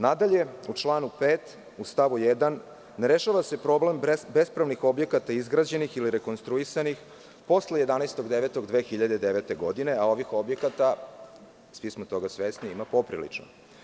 Nadalje, u članu 5. u stavu 1. ne rešava se problem bespravnih objekata izgrađenih ili rekonstruisanih posle 11.09.2009. godine, a ovih objekata, svi smo toga svesni, ima poprilično.